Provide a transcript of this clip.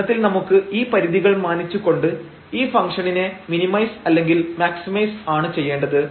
പ്രശ്നത്തിൽ നമുക്ക് ഈ പരിധികൾ മാനിച്ചു കൊണ്ട് ഈ ഫംഗ്ഷനിനെ മിനിമൈസ് അല്ലെങ്കിൽ മാക്സിമൈസ് ആണ് ചെയ്യേണ്ടത്